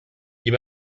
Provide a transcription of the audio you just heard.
you